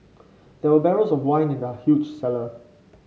there were barrels of wine in the huge cellar